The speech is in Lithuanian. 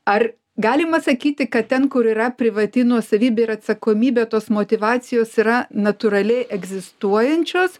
ar galima sakyti kad ten kur yra privati nuosavybė ir atsakomybė tos motyvacijos yra natūraliai egzistuojančios